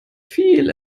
viel